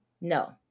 no